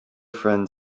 friend